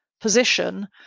position